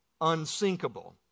unsinkable